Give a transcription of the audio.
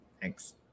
Thanks